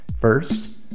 First